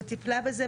וטיפלה בזה,